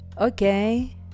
okay